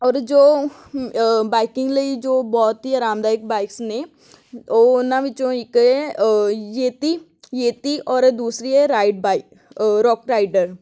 ਔਰ ਜੋ ਬਾਈਕਿੰਗ ਲਈ ਜੋ ਬਹੁਤ ਹੀ ਆਰਾਮਦਾਇਕ ਬਾਈਕਸ ਨੇ ਉਹ ਉਹਨਾਂ ਵਿੱਚੋਂ ਇੱਕ ਇਹ ਹੈ ਯੇਤੀ ਯੇਤੀ ਔਰ ਦੂਸਰੀ ਹੈ ਰਾਈਡ ਬਾਈਕ ਰੋਕ ਰਾਈਡਰ